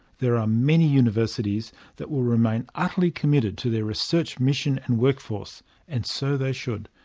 there are many universities that will remain utterly committed to their research mission and workforce and so they should.